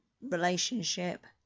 relationship